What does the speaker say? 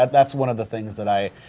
that's one of the things that i